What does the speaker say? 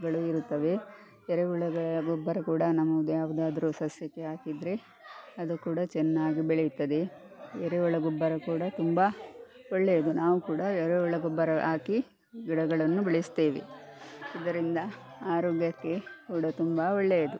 ಬೆಳೆದಿರುತ್ತವೆ ಎರೆಹುಳಗಳ ಗೊಬ್ಬರ ಕೂಡ ನಮ್ಮದ್ಯಾವ್ದಾದರೂ ಸಸ್ಯಕ್ಕೆ ಹಾಕಿದ್ರೆ ಅದು ಕೂಡ ಚೆನ್ನಾಗಿ ಬೆಳೆಯುತ್ತದೆ ಎರೆಹುಳ ಗೊಬ್ಬರ ಕೂಡ ತುಂಬ ಒಳ್ಳೆಯದು ನಾವು ಕೂಡ ಎರೆಹುಳ ಗೊಬ್ಬರ ಹಾಕಿ ಗಿಡಗಳನ್ನು ಬೆಳೆಸ್ತೇವೆ ಅದರಿಂದ ಆರೋಗ್ಯಕ್ಕೆ ಕೂಡ ತುಂಬ ಒಳ್ಳೆಯದು